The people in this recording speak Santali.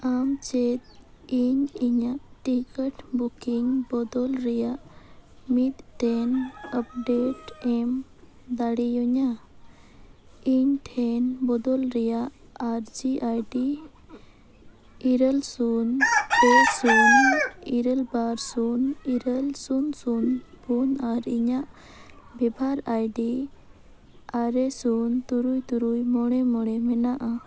ᱟᱢ ᱪᱮᱫ ᱤᱧ ᱤᱧᱟᱹᱜ ᱴᱤᱠᱤᱴ ᱵᱩᱠᱤᱝ ᱵᱚᱫᱚᱞ ᱨᱮᱱᱟᱜ ᱢᱤᱫᱴᱮᱱ ᱟᱯᱰᱮᱴᱮᱢ ᱮᱢ ᱫᱟᱲᱮᱭᱟᱹᱧᱟᱹ ᱤᱧᱴᱷᱮᱱ ᱵᱚᱫᱚᱞ ᱨᱮᱱᱟᱜ ᱟᱨᱡᱤ ᱟᱭᱰᱤ ᱤᱨᱟᱹᱞ ᱥᱩᱱ ᱯᱮ ᱥᱩᱱ ᱤᱨᱟᱹᱞ ᱵᱟᱨ ᱥᱩᱱ ᱤᱨᱟᱹᱞ ᱥᱩᱱ ᱥᱩᱱ ᱯᱩᱱ ᱟᱨ ᱤᱧᱟᱹᱜ ᱵᱮᱵᱷᱟᱨ ᱟᱭᱰᱤ ᱟᱨᱮ ᱥᱩᱱ ᱛᱩᱨᱩᱭ ᱛᱩᱨᱩᱭ ᱢᱚᱬᱮ ᱢᱚᱬᱮ ᱢᱮᱱᱟᱜᱼᱟ